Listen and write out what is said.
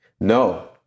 No